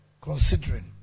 considering